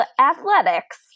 athletics